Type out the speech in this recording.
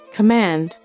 Command